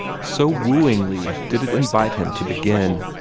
so wooingly did it invite him to begin.